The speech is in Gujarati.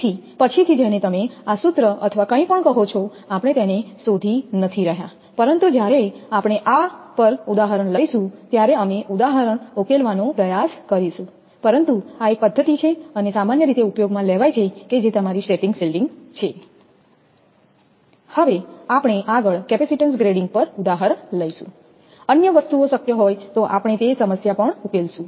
તેથી પછીથી જેને તમે આ સૂત્ર અથવા કંઈપણ કહો છોઆપણે તેને શોધી નથી રહ્યાપરંતુ જ્યારે આપણે આ પર ઉદાહરણ લઈશું ત્યારે અમે ઉદાહરણ ઉકેલવાનો પ્રયાસ કરીશું પરંતુ આ એક પદ્ધતિ છે અને સામાન્ય રીતે ઉપયોગમાં લેવાય છે કે જે તમારી સ્ટેટિક શિલ્ડિંગ છે હવે આપણે આગળ કેપેસિટીન્સ ગ્રેડિંગ પર ઉદાહરણ લઈશુંઅન્ય વસ્તુઓ શક્ય હોય તો આપણે તે સમસ્યા પણ ઉકેલશું